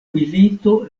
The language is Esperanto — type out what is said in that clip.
milito